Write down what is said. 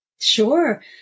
Sure